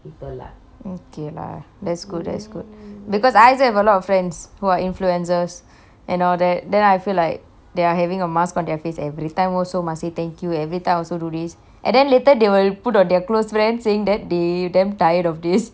okay lah that's good that's good because I have a lot of friends who are influencers and all that then I feel like they are having a mask on their face every time also must say thank you every time also do this and then later they will put on their close friend saying that they damn tired of this